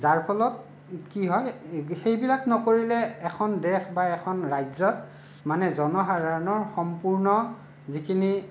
যাৰ ফলত কি হয় সেইবিলাক নকৰিলে এখন দেশ বা এখন ৰাজ্যত মানে জনসাধাৰণৰ সম্পূৰ্ণ যিখিনি